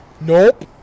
Nope